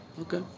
Okay